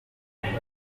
abantu